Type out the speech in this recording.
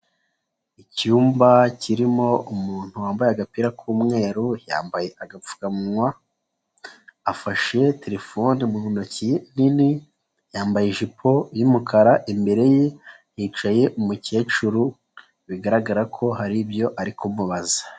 Icyumba kirimo umuntu wambaye agapira k'umweru, yambaye agapfukamuwa, afashe telefone mu ntoki nini, yambaye ijipo y'umukara, imbere ye hicaye umukecuru, bigaragara ko hari ibyo ari kumubaza.